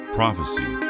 prophecy